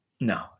No